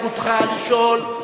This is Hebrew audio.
זכותך לשאול,